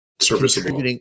serviceable